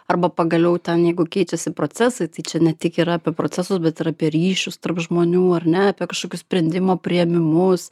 arba pagaliau tam jeigu keičiasi procesai tyčia ne tik yra apie procesus bet ir apie ryšius tarp žmonių ar ne apie kažkokius sprendimo priėmimus